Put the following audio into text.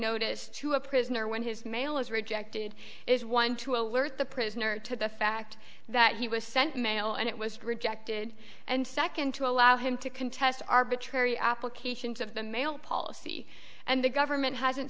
notice to a prisoner when his mail is rejected is one to alert the prisoner to the fact that he was sent mail and it was rejected and second to allow him to contest arbitrary applications of the mail policy and the government hasn't